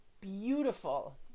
beautiful